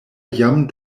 jam